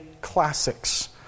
classics